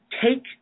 take